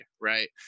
right